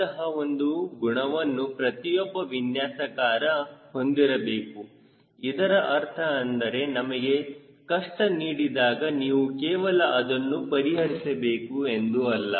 ಇಂತಹ ಒಂದು ಗುಣವನ್ನು ಪ್ರತಿಯೊಬ್ಬ ವಿನ್ಯಾಸಕಾರ ಹೊಂದಿರಬೇಕು ಇದರ ಅರ್ಥ ಅಂದರೆ ನಿಮಗೆ ಕಷ್ಟ ನೀಡಿದಾಗ ನೀವು ಕೇವಲ ಅದನ್ನು ಪರಿಹರಿಸಬೇಕು ಎಂದು ಅಲ್ಲ